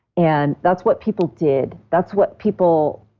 and that's what people did. that's what people,